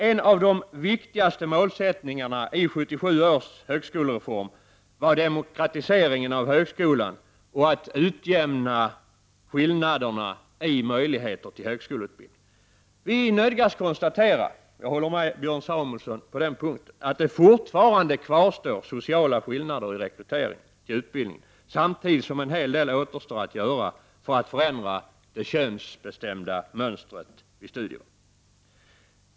En av de viktigaste målsättningarna i 1977 års högskolereform var att demokratisera högskolan och att utjämna skillnaderna i möjligheterna till högskoleutbildning. Vi nödgas konstatera — jag håller med Björn Samuelson på den punkten — att det fortfarande kvarstår sociala skillnader i rekryteringen till utbildningen samtidigt som en hel del återstår att göra för att förändra det könsbestämda mönstret vid studievalet.